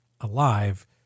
alive